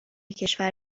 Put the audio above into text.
کشور